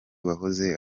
wahoze